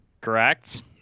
correct